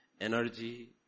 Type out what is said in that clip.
energy